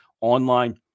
online